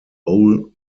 owl